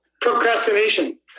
Procrastination